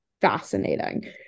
fascinating